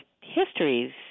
histories